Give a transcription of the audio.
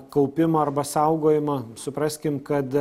kaupimo arba saugojimo supraskim kad